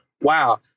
Wow